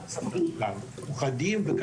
פוחדים.